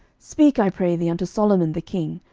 speak, i pray thee, unto solomon the king,